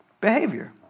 behavior